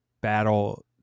battle